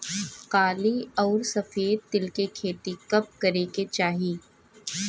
काली अउर सफेद तिल के खेती कब करे के चाही?